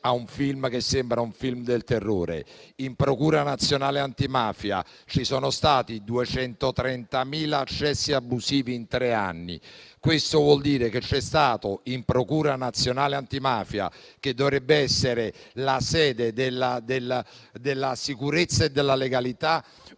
un film che sembra del terrore. In procura nazionale antimafia ci sono stati 230.000 accessi abusivi in tre anni. Questo vuol dire che in procura nazionale antimafia, che dovrebbe essere la sede della sicurezza e della legalità,